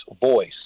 voice